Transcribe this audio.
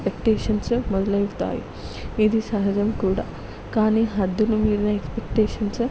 expectations మొదలవుతాయి ఇది సహజం కూడా కానీ హద్దులు మీరిన ఎక్స్పెక్టేషన్స్